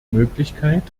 möglichkeit